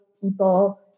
people